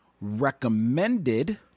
recommended